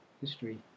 history